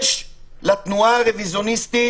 אבל יש לתנועה הרוויזיוניסטית,